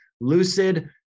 lucid